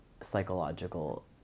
psychological